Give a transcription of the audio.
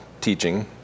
teaching